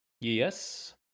Yes